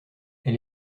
elle